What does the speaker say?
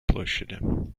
площади